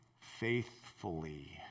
faithfully